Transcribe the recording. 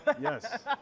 Yes